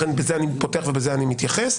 לכן בזה אני פותח ולזה אני מתייחס.